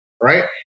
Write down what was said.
right